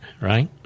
right